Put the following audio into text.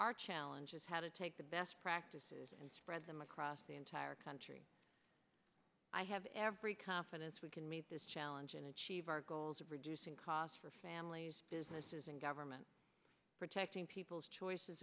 our challenge is how to take the best practices and spread them across the entire country i have every confidence we can meet this challenge and achieve our goals of reducing costs for families businesses and government protecting people's choices